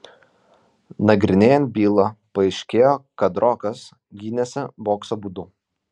nagrinėjant bylą paaiškėjo kad rokas gynėsi bokso būdu